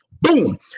Boom